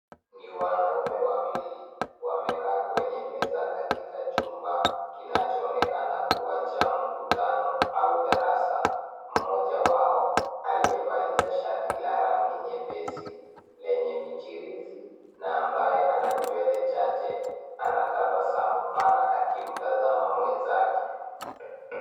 Ni wanaume wawili, wamekaa kwenye meza, katika chumba kinacho onekana kuwa cha mkutano au darasa. Mmoja wao aliyevalia shati la rangi nyepesi, lenye michirizi, na ambaye ana nywele chache, ana. tabasamu pana akimtazama mwenzake.